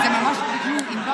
מה הנושא